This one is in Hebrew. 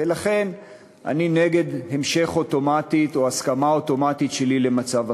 ולכן אני נגד המשך אוטומטי או הסכמה אוטומטית שלי למצב החירום.